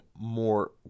more